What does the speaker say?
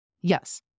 Yes